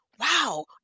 wow